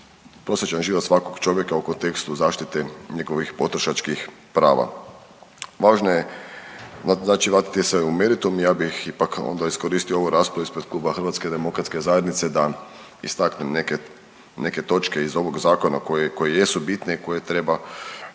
prosječan život svakog čovjeka u kontekstu zaštite njegovih potrošačkih prava. Važno je znači vratiti se na meritum, ja bih ipak onda iskoristio ovu raspravu ispred Kluba HDZ-a da istaknem neke točke iz ovog zakona koje jesu bitne i koje treba